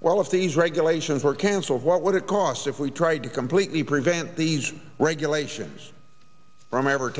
well if these regulations were cancelled what would it cost if we tried to completely prevent these regulations from ever